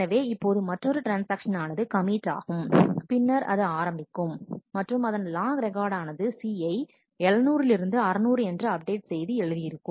எனவே இப்போது மற்றொரு ட்ரான்ஸ்ஆக்ஷன் ஆனது கமிட்டாகும் பின்னர் அது ஆரம்பிக்கும் மற்றும் அதன் லாக் ரெக்கார்டு ஆனது C யை 700 லிருந்து 600 என்று அப்டேட் செய்து எழுதி இருக்கும்